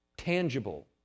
tangible